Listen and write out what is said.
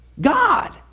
God